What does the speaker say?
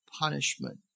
punishment